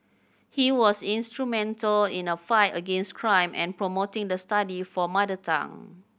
he was instrumental in a fight against crime and promoting the study for a mother tongue